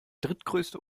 drittgrößte